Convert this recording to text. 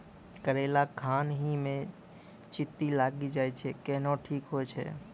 करेला खान ही मे चित्ती लागी जाए छै केहनो ठीक हो छ?